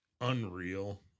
unreal